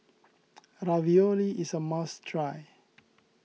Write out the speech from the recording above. Ravioli is a must try